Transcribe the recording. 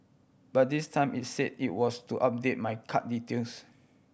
but this time it said it was to update my card details